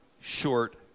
short